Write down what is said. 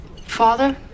Father